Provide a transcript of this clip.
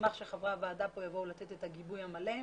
נשמח שחברי הוועדה כאן יבואו לתת את הגיבוי המלא.